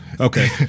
Okay